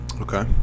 Okay